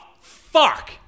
fuck